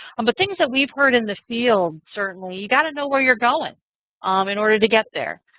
um the things that we've heard in the field certainly, you've got to know where you're going um in order to get there.